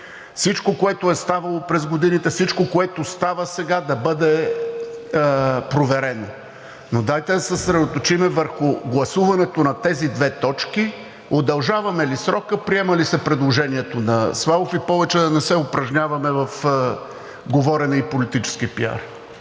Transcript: Всичко, което е ставало през годините, всичко, което става сега, да бъде проверено, но дайте да се съсредоточим върху гласуването на тези две точки –удължаваме ли срока, приема ли се предложението на Славов, и повече да не се упражняваме в говорене и политически пиар.